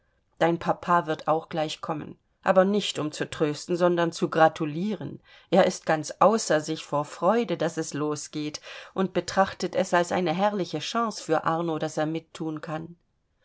dein papa wird auch gleich kommen aber nicht um zu trösten sondern zu gratulieren er ist ganz außer sich vor freude daß es losgeht und betrachtet es als eine herrliche chance für arno daß er mitthun kann